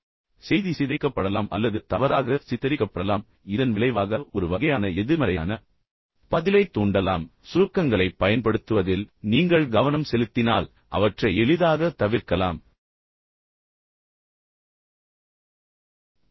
எனவே செய்தி சிதைக்கப்படலாம் அல்லது தவறாக சித்தரிக்கப்படலாம் இதன் விளைவாக ஒரு வகையான எதிர்மறையான பதிலைத் தூண்டலாம் சுருக்கங்களைப் பயன்படுத்துவதில் நீங்கள் கவனம் செலுத்தினால் அவற்றை எளிதாக தவிர்க்கலாம் அதை பயன்படுத்தும்போது கவனமாக இருங்கள்